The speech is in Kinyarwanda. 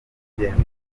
ibyemezo